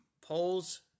polls